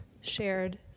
shared